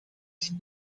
dit